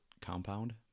compound